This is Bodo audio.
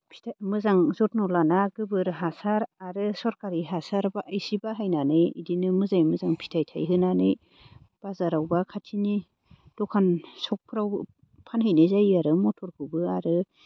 फिथाइ मोजां जथ्न' लाना गोबोर हासार आरो सरखारि हासार बा एसे बाहायनानै बिदिनो मोजाङै मोजां फिथाइ थायहोनानै बाजाराव बा खाथिनि दखान सकफ्राव फानहैनाय जायो आरो मटरखौबो आरो